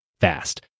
fast